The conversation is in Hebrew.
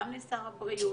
גם לשר הבריאות.